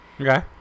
Okay